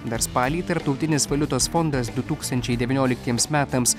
dar spalį tarptautinis valiutos fondas du tūkstančiai devynioliktiems metams